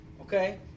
okay